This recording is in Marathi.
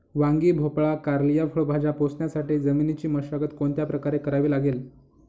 वांगी, भोपळा, कारली या फळभाज्या पोसण्यासाठी जमिनीची मशागत कोणत्या प्रकारे करावी लागेल?